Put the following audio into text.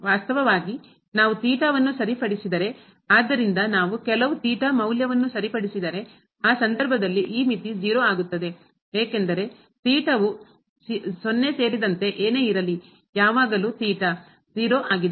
ವಾಸ್ತವವಾಗಿ ನಾವು ವನ್ನು ಸರಿಪಡಿಸಿದರೆ ಆದ್ದರಿಂದ ನಾವು ಕೆಲವು ಮೌಲ್ಯವನ್ನು ಸರಿಪಡಿಸಿದರೆ ಆ ಸಂದರ್ಭದಲ್ಲಿ ಈ ಮಿತಿ 0 ಆಗುತ್ತದೆ ಏಕೆಂದರೆ 0 ಸೇರಿದಂತೆ ಏನೇ ಇರಲಿ ಯಾವಾಗಲೂ 0 ಆಗಿದೆ